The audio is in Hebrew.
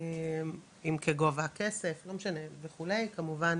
אם כגובה הכסף וכו' כמובן